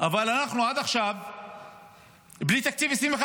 עד עכשיו אנחנו בלי תקציב 2025,